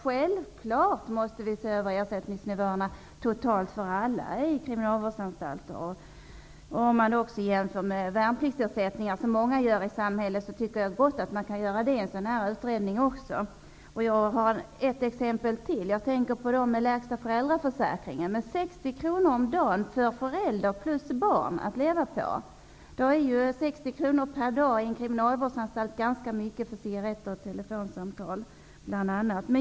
Självklart måste vi se över ersättningsnivåerna totalt för alla i kriminalvårdsanstalter. En sådan här utredning kan också göra jämförelser med ersättningen till värnpliktiga, som diskuteras mycket i samhället. Jag har ett exempel till, och jag tänker då på föräldrar med lägsta föräldraförsäkringen, som har Då är ju 60 kr per dag i en kriminalvårdsanstalt ganska mycket för cigaretter och telefonsamtal.